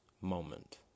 moment